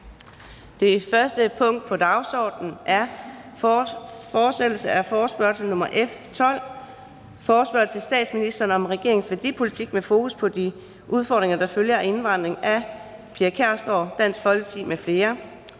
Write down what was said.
Det første punkt på dagsordenen er: 1) Fortsættelse af forespørgsel nr. F 12 [afstemning]: Forespørgsel til statsministeren om regeringens værdipolitik med fokus på de udfordringer, der følger af indvandringen. Af Pia Kjærsgaard (DF) m.fl.